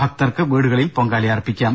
ഭക്തർക്ക് വീടുകളിൽ പൊങ്കാലയർപ്പിക്കാം